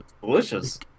Delicious